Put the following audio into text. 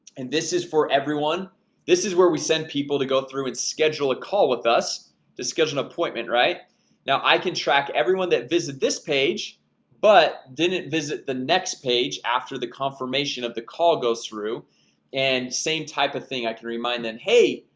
and this is for everyone this is where we send people to go through and schedule a call with us to schedule an appointment right now i can track everyone that visited this page but didn't visit the next page after the confirmation of the call goes through and same type of thing. i can remind them. hey,